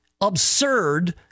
absurd